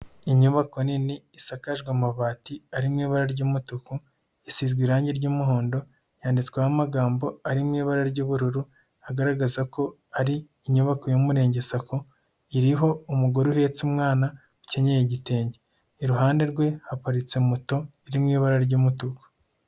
Inyubako nini isakajwe amabati ari mu ibara ry'umutuku isizwe irange ry'umuhondo, yanditsweho amagambo ari mu ibara ry'ubururu agaragaza ko ari inyubako y'Umurenge sacco, iriho umugore uhetse umwana ukenyeye igitenge, iruhande rwe haparitse moto iri mu ibara ry'umutuku.